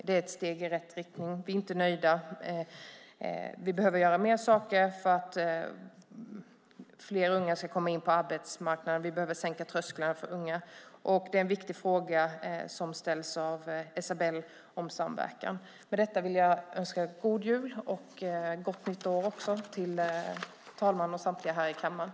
Det är ett steg i rätt riktning. Vi är inte nöjda. Vi behöver göra mer för att fler unga ska komma in på arbetsmarknaden. Vi behöver sänka trösklarna för unga. Det är en viktig fråga som ställs av Esabelle om samverkan. Med detta vill jag önska god jul och gott nytt år till fru talmannen och samtliga i kammaren.